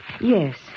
Yes